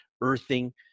earthing